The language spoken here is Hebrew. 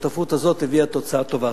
השותפות הזאת הביאה תוצאה טובה.